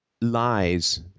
lies